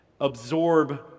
absorb